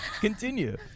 Continue